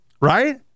right